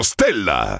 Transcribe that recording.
Stella